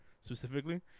specifically